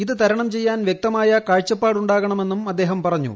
ഇത് തരണം ചെയ്യാൻ വ്യക്തമായ കാഴ്ചപ്പാടുണ്ടാകണണെന്നും അദ്ദേഹം പറഞ്ഞു